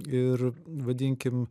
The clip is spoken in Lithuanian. ir vadinkim